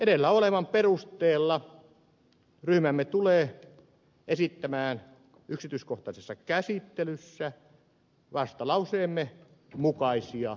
edellä olevan perusteella ryhmämme tulee esittämään yksityiskohtaisessa käsittelyssä vastalauseemme mukaisia muutoksia